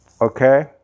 Okay